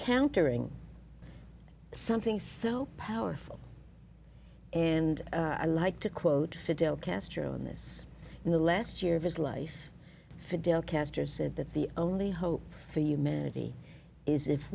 counter and something so powerful and i like to quote fidel castro in this in the last year of his life fidel castro said that the only hope for humanity is if